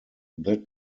that